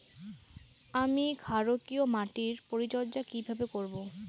আমি ক্ষারকীয় মাটির পরিচর্যা কিভাবে করব?